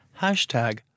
Hashtag